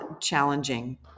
challenging